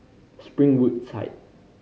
Springwood